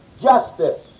justice